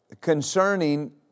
concerning